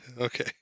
Okay